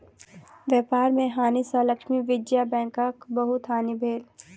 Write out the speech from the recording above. व्यापार में हानि सँ लक्ष्मी विजया बैंकक बहुत हानि भेल